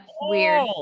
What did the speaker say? weird